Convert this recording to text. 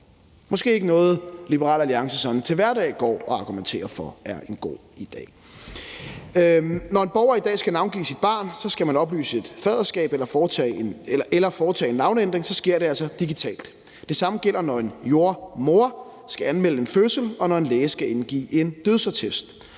måske ikke noget, Liberal Alliance sådan til hverdag går og argumenterer for er en god idé. Når man som borger i dag skal navngive sit barn, oplyse et faderskab eller foretage en navneændring, sker det altså digitalt. Det samme gælder, når en jordemoder skal anmelde en fødsel, og når en læge skal indgive en dødsattest.